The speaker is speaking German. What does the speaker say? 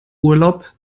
urlaub